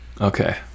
Okay